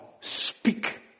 speak